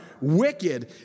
wicked